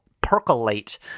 percolate